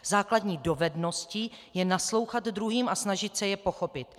Základní dovedností je naslouchat druhým a snažit se je pochopit.